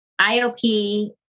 IOP